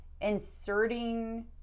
inserting